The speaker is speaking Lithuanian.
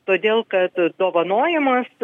todėl kad dovanojamos